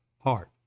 heart